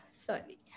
Sorry